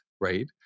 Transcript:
right